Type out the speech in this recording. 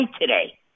today